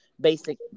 Basic